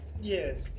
Yes